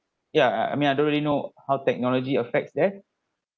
yeah I mean I don't really know how technology affects their